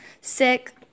sick